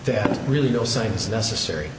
there really no science necessary